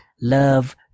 love